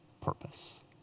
purpose